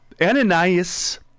Ananias